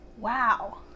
Wow